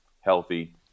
healthy